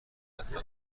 حتی